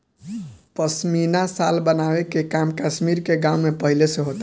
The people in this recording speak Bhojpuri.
पश्मीना शाल बनावे के काम कश्मीर के गाँव में पहिले से होता